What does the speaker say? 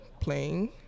playing